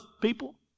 people